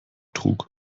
trug